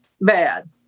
bad